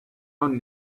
own